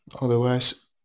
Otherwise